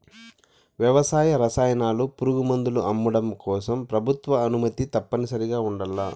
వ్యవసాయ రసాయనాలు, పురుగుమందులు అమ్మడం కోసం ప్రభుత్వ అనుమతి తప్పనిసరిగా ఉండల్ల